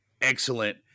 excellent